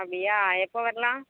அப்படியா எப்போ வரலாம்